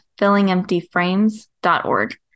fillingemptyframes.org